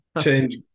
Change